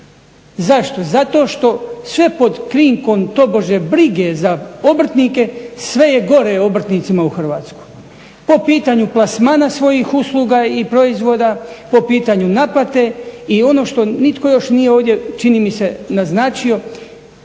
Zašto? Zato što sve pod krinkom tobože brige za obrtnike sve je gore obrtnicima u Hrvatskoj po pitanju plasmana svojih usluga i proizvoda, po pitanju naplate i ono što nitko još nije ovdje čini mi se naznačio